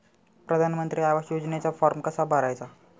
प्रधानमंत्री आवास योजनेचा फॉर्म कसा भरायचा?